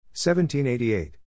1788